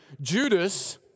Judas